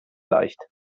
leicht